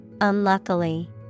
unluckily